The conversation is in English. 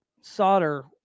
solder